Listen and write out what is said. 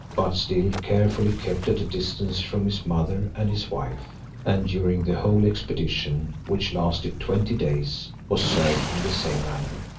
but still carefully kept at a distance from his mother and his wife and during the whole expedition, which lasted twenty days, was served in the same manner.